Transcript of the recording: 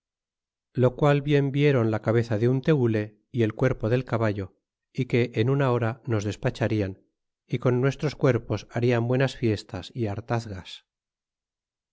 lo qual bien vieron la cabeza de un tenle a el cuerpo del caballo que en una hora nos despacharian é con nuestros cuerpos hallan buenas fiestas y hartazgas